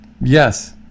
yes